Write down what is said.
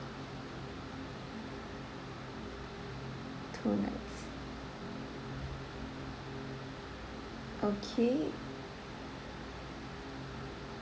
two nights okay